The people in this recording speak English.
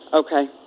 Okay